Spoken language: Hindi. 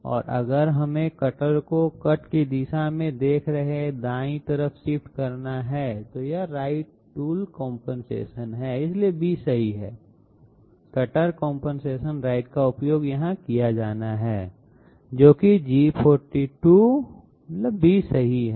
और अगर हमें कटर को कट की दिशा में देख रहे दाएं तरफ शिफ्ट करना है तो यह राइट टूल कंपनसेशन है इसलिए B सही है कटर कंपनसेशन राइट का उपयोग यहां किया जाना है जो कि G42 B सही है